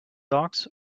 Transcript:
dogs